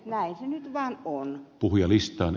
näin se nyt vaan on